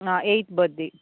ah eighth birthday